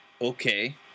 Okay